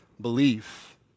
Belief